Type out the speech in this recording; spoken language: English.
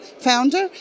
founder